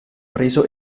preso